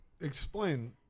Explain